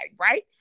Right